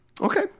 Okay